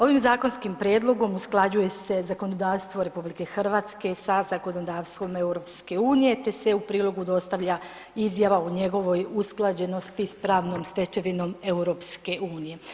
Ovim zakonskim prijedlogom usklađuje se zakonodavstvo RH sa zakonodavstvom EU te se u prilogu dostavlja izjava o njegovoj usklađenosti s pravnom stečevinom EU.